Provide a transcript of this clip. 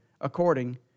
according